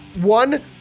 One